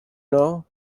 know